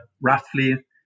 roughly